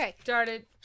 started